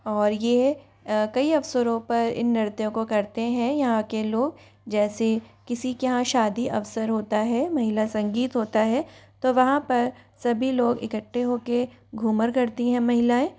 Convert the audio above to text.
और यह कई अवसरों पर इन नृत्य को करते हैं यहाँ के लोग जैसे किसी के यहाँ शादी अवसर होता है महिला संगीत होता है तो वहाँ पर सभी लोग इकट्ठे हो कर घूमर करती है महिलाएँ